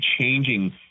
changing